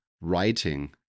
writing